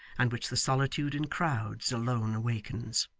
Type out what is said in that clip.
and which the solitude in crowds alone awakens.